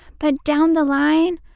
but, down the line,